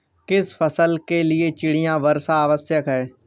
किस फसल के लिए चिड़िया वर्षा आवश्यक है?